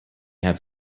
have